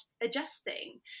adjusting